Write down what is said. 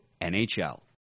NHL